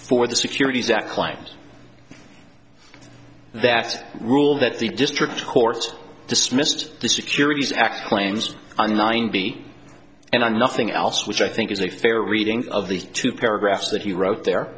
for the securities that claims that rule that the district court dismissed the securities act claims a nine b and a nothing else which i think is a fair reading of the two paragraphs that you wrote there